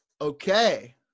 okay